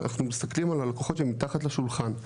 אנחנו מסתכלים על הלקוחות שמתחת לשולחן,